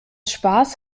spaß